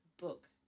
book